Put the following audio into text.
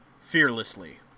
fearlessly